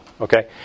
Okay